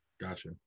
Gotcha